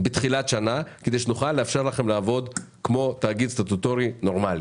בתחילת שנה כדי שנוכל לאפשר לכם לעבוד כמו תאגיד סטטוטורי נורמלי.